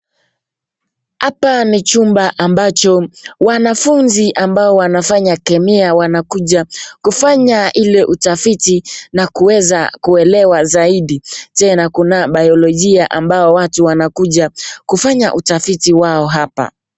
Hapa ni chumba ambacho wanafunzi ambao wanafanya kemia wanakuja kufanya ile utafiti na kuweza kuelewa zaidi. Tena kuna biologia ambao watu wanakuja kufanya utafiti wao hapa.